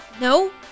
no